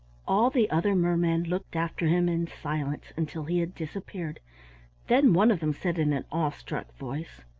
all the other mermen looked after him in silence until he had disappeared then one of them said in an awe-struck voice,